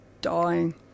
dying